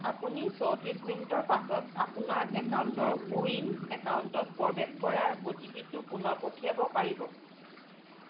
আপুনি চৌত্ৰিছ মিনিটৰ পাছত আপোনাৰ একাউন্টৰ কোৱিন একাউণ্টত প্ৰৱেশ কৰাৰ অ'টিপিটো পুনৰ পঠিয়াব পাৰিব